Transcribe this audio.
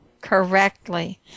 correctly